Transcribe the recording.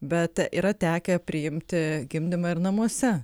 bet yra tekę priimti gimdymą ir namuose